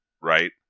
right